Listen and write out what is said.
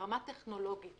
ברמה טכנולוגית.